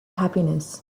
happiness